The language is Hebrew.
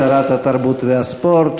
שרת התרבות והספורט,